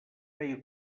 veia